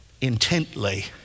intently